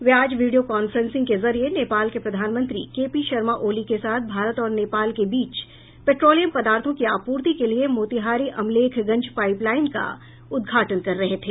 वे आज video conferencing के जरिये नेपाल के प्रधानमंत्री के पी शर्मा ओली के साथ भारत और नेपाल के बीच पेट्रोलियम पदार्थों की आपूर्ति के लिए मोतिहारी अमलेखगंज पाइपलाइन का उद्घाटन कर रहे थे